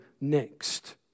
next